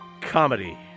comedy